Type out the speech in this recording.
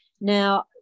Now